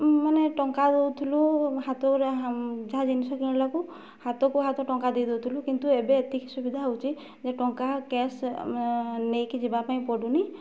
ମାନେ ଟଙ୍କା ଦଉଥିଲୁ ହାତରେ ଯାହା ଜିନିଷ କିଣିଲାକୁ ହାତକୁ ହାତ ଟଙ୍କା ଦେଇଦଉଥିଲୁ କିନ୍ତୁ ଏବେ ଏତିକି ସୁବିଧା ହେଉଛି ଯେ ଟଙ୍କା କ୍ୟାସ୍ ନେଇକି ଯିବା ପାଇଁ ପଡ଼ୁନି